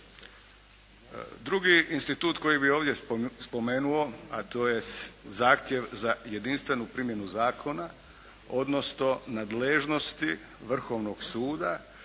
Drugi institut koji bi ovdje spomenuo, a to je zahtjev za jedinstvenu primjenu zakona, odnosno nadležnosti Vrhovnog suda,